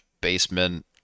basement